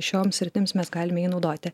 šioms sritims mes galime jį naudoti